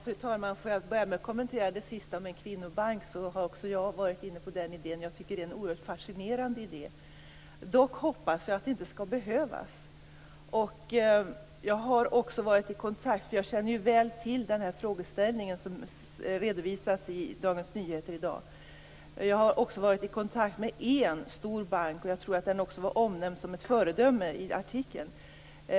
Fru talman! Jag börjar med att kommentera det sista om en kvinnobank. Också jag har varit inne på idén. Jag tycker att det är en oerhört fascinerande idé. Dock hoppas jag att det inte skall behövas. Jag har också varit i kontakt - eftersom jag väl känner till den frågeställning som redovisas i Dagens Nyheter i dag - med en stor bank. Jag tror att den var omnämnd som ett föredöme i artikeln.